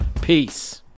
Peace